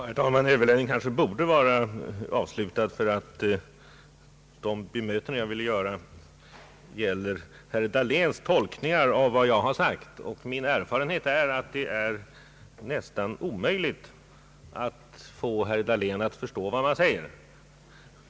Herr talman! Överläggningen kanske borde vara avslutad, ty de bemötanden jag vill göra gäller herr Dahléns tolkningar av vad jag har sagt. Min erfarenhet är att det är nästan omöjligt att få herr Dahlén att förstå vad man säger.